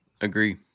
Agree